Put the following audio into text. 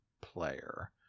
player